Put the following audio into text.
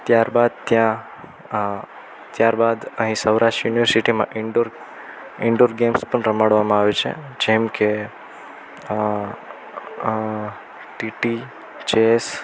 ત્યારબાદ ત્યા આ ત્યારબાદ અહીં સૌરાષ્ટ્ર યુનિવર્સિટિમાં ઇન્ડોર ઇન્ડોર ગેમ્સ પણ રમાડવામાં આવે છે જેમ કે ટીટી ચેસ